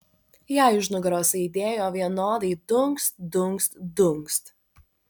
jai už nugaros aidėjo vienodai dunkst dunkst dunkst